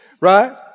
Right